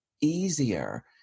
easier